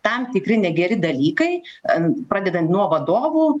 tam tikri negeri dalykai pradedant nuo vadovų